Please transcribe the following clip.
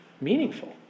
meaningful